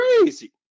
crazy